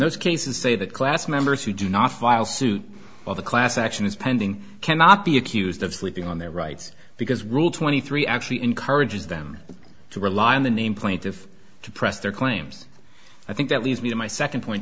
those cases say that class members who do not file suit of a class action is pending cannot be accused of sleeping on their rights because rule twenty three actually encourages them to rely on the name plaintiff to press their claims i think that leads me to my second point